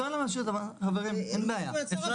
אני חושב